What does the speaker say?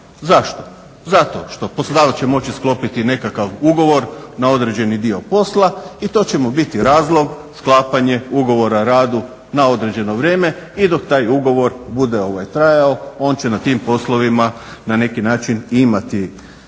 Zašto? Zato što poslodavac će moći sklopiti nekakav ugovor na određeni dio posla i to će mu biti razlog sklapanje ugovora o radu na određeno vrijeme. I dok taj ugovor bude trajao on će na tim poslovima na neki način i imati radnike